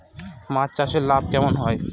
মাছ চাষে লাভ কেমন হয়?